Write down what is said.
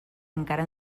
encara